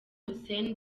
hussein